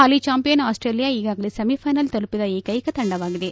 ಹಾಲಿ champion Australia ಈಗಾಗಲೇ semifinal ತಲುಪಿದ ಏಕ್ಕೆಕ ತಂಡವಾಗಿದೆ